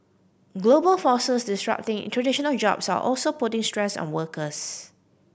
global forces disrupting traditional jobs are also putting stress on workers